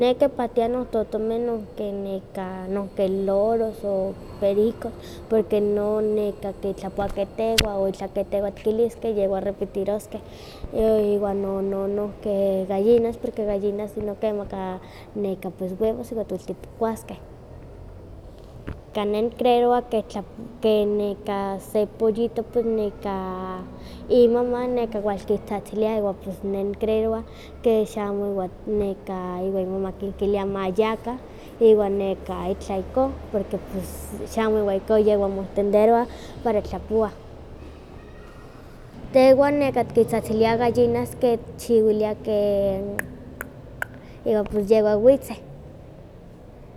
Ne ke pahkia no totomeh non keh loros o pericos, porque no neka kitlapowa ke tehwan o itlah ke tehwan tikiliskeh yehwan repetiroskeh, iwan ke no no nohke gallinas porque gallinas ino ktemaka nekan pues webos iwan tiwelit tikuaskeh. Kan ne nicreerowa ke neka se pollito pues neka imaman wal kitzahtzilia iwan pues neh nicreerowa que xamo iwan neka imama kilia ma yakah, iwan neka itlah ihkon, porque pues xamo iwa ihkon yehwa moentenderowah, para tlapowah. Tehwan neka tikintzahtzilia n gallinas ken tchiwilia ke iwan pues yehwan witzeh.